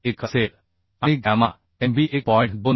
1 असेल आणि gamma MB 1